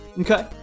Okay